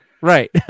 Right